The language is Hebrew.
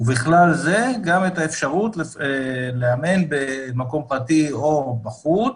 ובכלל זה גם את האפשרות לאמן במקום פרטי או בחוץ,